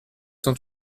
sont